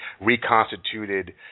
reconstituted